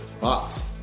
box